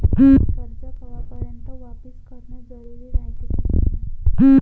कर्ज कवापर्यंत वापिस करन जरुरी रायते?